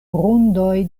grundoj